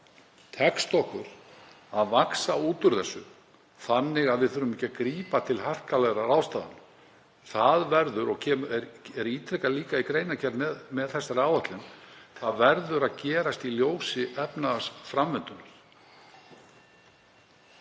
tekst okkur að vaxa út úr þessu þannig að við þurfum ekki að grípa til harkalegra ráðstafana. Það verður, og er ítrekað líka í greinargerð með þessari áætlun, að gerast í ljósi efnahagsframvindunnar.